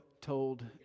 told